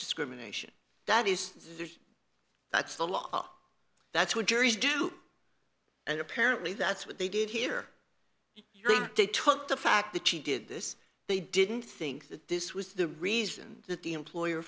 discrimination that is that's the law that's what juries do and apparently that's what they did here they took the fact that she did this they didn't think that this was the reason that the employer